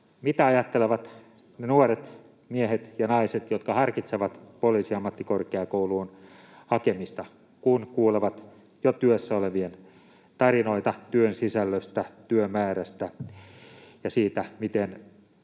Mitä ajattelevat ne nuoret miehet ja naiset, jotka harkitsevat Poliisiammattikorkeakouluun hakemista, kun kuulevat jo työssä olevien tarinoita työn sisällöstä, työmäärästä ja siitä, miten